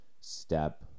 step